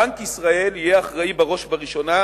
בנק ישראל יהיה אחראי בראש ובראשונה